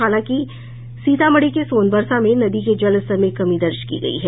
हालांकि सीतामढ़ी के सोनबरसा में नदी के जलस्तर में कमी दर्ज की गयी है